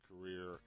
career